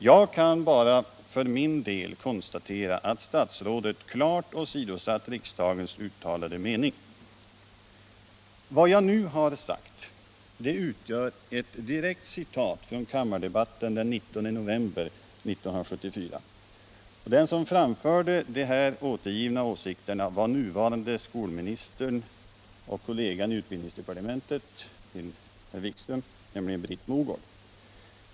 Jag kan bara för min del konstatera att statsrådet klart åsidosatt riksdagens uttalade mening.” Vad jag nu sagt utgör ett direkt citat från kammardebatten den 19 november 1974. Den som framförde de här återgivna åsikterna var nuvarande skolministern och kollegan till Jan-Erik Wikström i utbildningsdepartementet Britt Mogård.